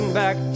back